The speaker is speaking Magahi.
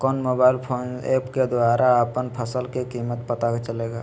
कौन मोबाइल फोन ऐप के द्वारा अपन फसल के कीमत पता चलेगा?